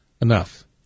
enough